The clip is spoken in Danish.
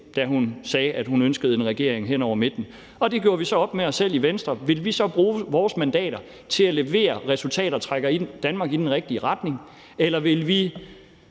da hun sagde, at hun ønskede en regering hen over midten. Det gjorde vi så op med os selv i Venstre, altså om vi så ville bruge vores mandater til at levere resultater, der trækker Danmark i den rigtige retning, eller om vi